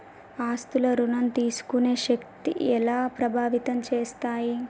ఆస్తుల ఋణం తీసుకునే శక్తి ఎలా ప్రభావితం చేస్తాయి?